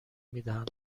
میدهند